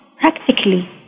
practically